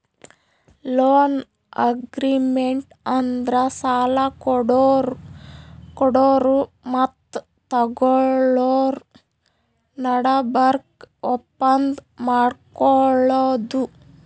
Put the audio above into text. loan agreement ಅಂದ್ರ ಸಾಲ ಕೊಡೋರು ಮತ್ತ್ ತಗೋಳೋರ್ ನಡಬರ್ಕ್ ಒಪ್ಪಂದ್ ಮಾಡ್ಕೊಳದು